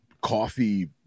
coffee